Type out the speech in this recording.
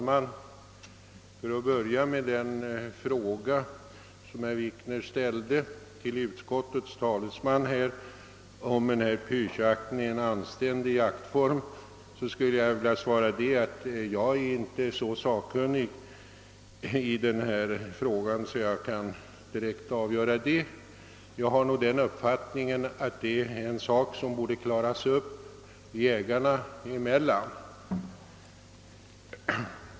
Herr talman! På den fråga som herr Wikner ställde till utskottets talesman om pyrschjakt är en anständig jaktform skulle jag vilja svara att jag inte är så sakkunnig i dessa frågor att jag direkt kan avgöra det. Jag har den uppfattningen att det är en sak som borda klaras upp jägarna emellan.